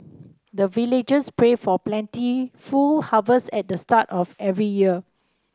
the villagers pray for plentiful harvest at the start of every year